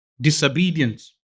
disobedience